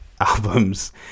albums